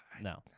No